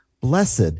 blessed